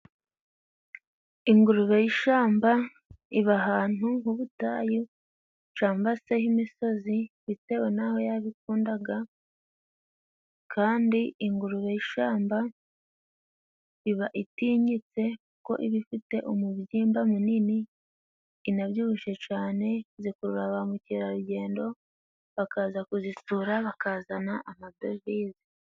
Ingurube y'ishamba iba ahantu h'ubutayu cangwa se h'imisozi ibitewe n'aho yabikundaga kandi ingurube y'ishamba iba itinyitse kuko iba ifite umubyimba munini inabyibushe cane zikurura ba mukerarugendo bakaza kuzisura bakazana amadevize.